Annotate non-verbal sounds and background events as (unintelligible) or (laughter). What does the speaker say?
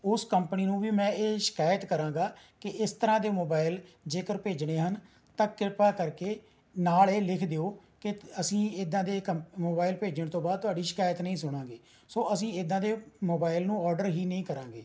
ਉਸ ਕੰਪਨੀ ਨੂੰ ਵੀ ਮੈਂ ਇਹ ਸ਼ਿਕਾਇਤ ਕਰਾਂਗਾ ਕਿ ਇਸ ਤਰ੍ਹਾਂ ਦੇ ਮੋਬਾਇਲ ਜੇਕਰ ਭੇਜਣੇ ਹਨ ਤਾਂ ਕਿਰਪਾ ਕਰਕੇ ਨਾਲ ਇਹ ਲਿਖ ਦਿਓ ਕਿ (unintelligible) ਅਸੀਂ ਇੱਦਾਂ ਦੇ ਕੰਪ ਮੋਬਾਇਲ ਭੇਜਣ ਤੋਂ ਬਾਅਦ ਤੁਹਾਡੀ ਸ਼ਿਕਾਇਤ ਨਹੀਂ ਸੁਣਾਂਗੇ ਸੋ ਅਸੀਂ ਇੱਦਾਂ ਦੇ ਮੋਬਾਇਲ ਨੂੰ ਆਰਡਰ ਹੀ ਨਹੀਂ ਕਰਾਂਗੇ